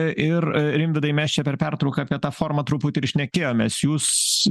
ir rimvydai mes čia per pertrauką apie tą formą truputį ir šnekėjomės jūs